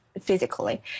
physically